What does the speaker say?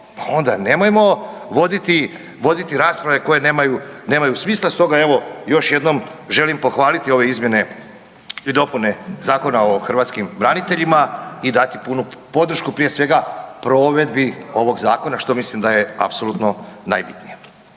pa onda nemojmo voditi rasprave koje nemaju smisla. Stoga evo još jednom želim pohvaliti ove izmjene i dopune Zakona o hrvatskim braniteljima i dati punu podršku prije svega provedbi ovog zakona što mislim da je apsolutno najbitnije.